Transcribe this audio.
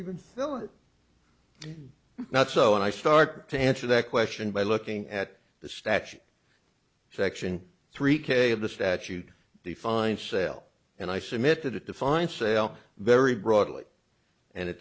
even fill it not so i start to answer that question by looking at the statute section three k of the statute defines sale and i submitted it to find sale very broadly and it